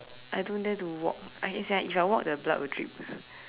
I don't dare to walk I it's like if I walk the blood will drip